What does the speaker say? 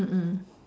mm mm